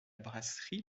brasserie